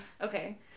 Okay